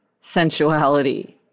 sensuality